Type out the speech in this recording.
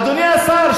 אדוני השר,